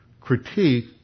critique